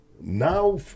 now